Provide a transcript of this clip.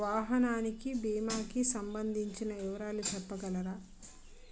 వాహనానికి భీమా కి సంబందించిన వివరాలు చెప్పగలరా?